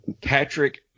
Patrick